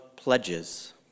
pledges